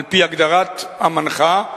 על-פי הגדרת המנחה,